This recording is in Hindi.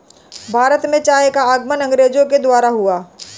भारत में चाय का आगमन अंग्रेजो के द्वारा हुआ